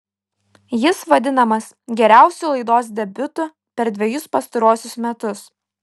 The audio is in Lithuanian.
jis vadinamas geriausiu laidos debiutu per dvejus pastaruosius metus